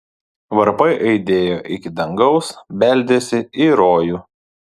varpai aidėjo iki dangaus beldėsi į rojų